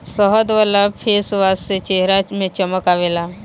शहद वाला फेसवाश से चेहरा में चमक आवेला